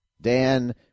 Dan